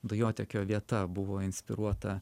dujotiekio vieta buvo inspiruota